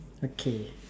okay